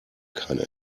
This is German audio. keine